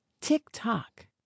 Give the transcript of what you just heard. tick-tock